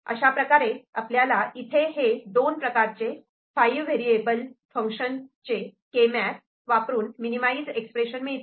अशाप्रकारे आपल्याला इथे हे दोन प्रकारचे फाईव्ह व्हेरिएबल फंक्शनचे के मॅप वापरून मिनिमाईज एक्स्प्रेशन मिळते